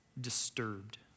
disturbed